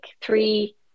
three